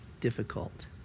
difficult